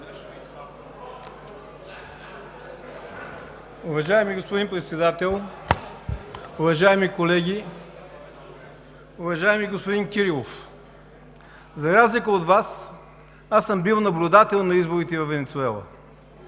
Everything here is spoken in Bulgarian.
Уважаеми господин Председател, уважаеми колеги! Уважаеми господин Кирилов, за разлика от Вас, аз съм бил наблюдател на изборите във Венецуела